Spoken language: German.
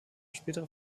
spätere